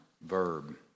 verb